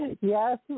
Yes